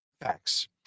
Facts